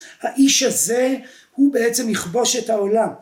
האיש הזה הוא בעצם יכבוש את העולם